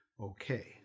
okay